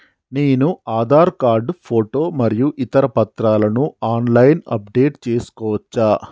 నేను Aadhaar card photo మరియు ఇతర పత్రాలను ఆన్ లైన్ అప్ డెట్ చేసుకోవచ్చా?